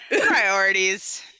priorities